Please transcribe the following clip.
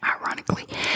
ironically